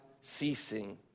ceasing